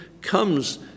comes